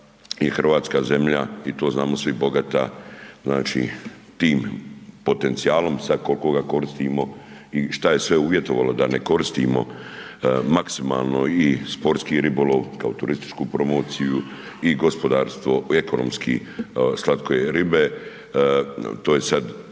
Hrvatska zemlja i to znamo svi bogata tim potencijalnom, sad koliko ga koristimo i šta je sve uvjetovalo da ne koristimo maksimalno i sportski ribolov kao turističku promociju i gospodarsko-ekonomski slatke ribe, to je sad